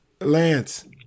Lance